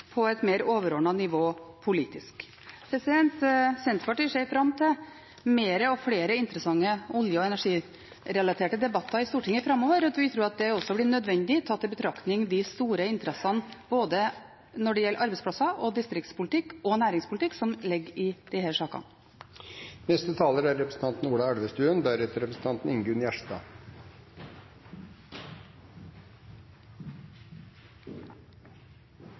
også et spørsmål som en må få lov å drøfte på et mer overordnet nivå politisk. Senterpartiet ser fram til flere interessante olje- og energirelaterte debatter i Stortinget framover. Vi tror at det også blir nødvendig tatt i betraktning de store interessene når det gjelder både arbeidsplasser, distriktspolitikk og næringspolitikk, som ligger i disse sakene. Jeg vil også først takke for en interessant interpellasjon. Det er